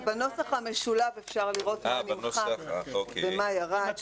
בנוסח המשולב אפשר לראות מה נמחק ומה ירד.